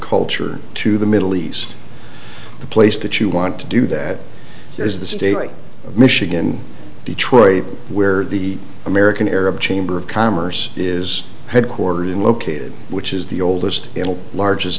culture to the middle east the place that you want to do that is the state of michigan detroit where the american arab chamber of commerce is headquartered in located which is the oldest and largest